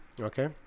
Okay